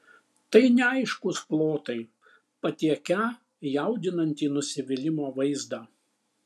tai neaiškūs plotai patiekią jaudinantį nusivylimo vaizdą